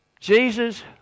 Jesus